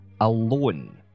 alone